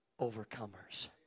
overcomers